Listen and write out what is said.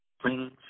brings